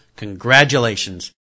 Congratulations